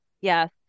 Yes